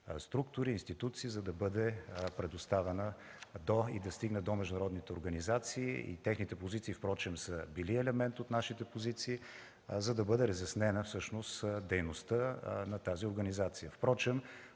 структури, институции, за да бъде предоставена и да стигне до международните организации. Техните позиции са били елемент от нашите позиции, за да бъде разяснена всъщност дейността на тази организация.